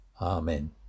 Amen